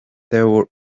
there